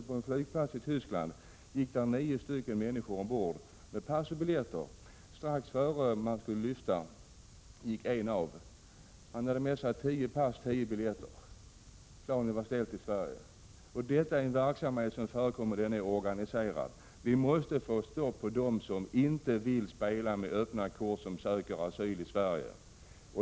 På en flygplats i Tyskland gick för en tid sedan nio människor ombord med pass och biljetter. Strax innan planet skulle lyfta gick en av. Han hade med sig tio pass och tio biljetter. Planet var destinerat till Sverige. Detta är en verksamhet som förekommer, och den är organiserad. Vi måste sätta stopp för dem som inte vill spela med öppna kort när de söker asyl i Sverige.